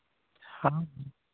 हाँ भैया